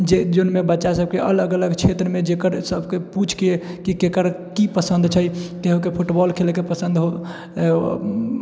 जाहिमे बच्चा सबकेँ अलग अलग क्षेत्रमे जेकर सबके पूछिके कि किनकर की पसन्द छै केओके फुटबॉल खेलएके पसन्द हो छै किनको